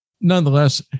nonetheless